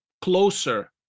closer